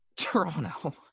Toronto